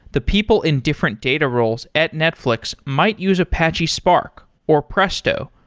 the people in different data roles at netflix might use apache spark, or presto,